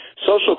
social